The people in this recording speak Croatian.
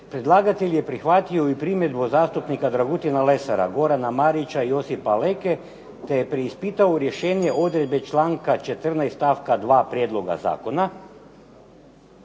"Predlagatelj je prihvatio i primjedbu zastupnika Dragutina Lesara, Gorana Marina, Josipa Leke, te je preispitao rješenje odredbe članka 14. stavka 2. prijedloga zakona.